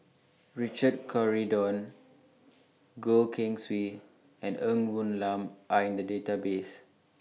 Richard Corridon Goh Keng Swee and Ng Woon Lam Are in The Database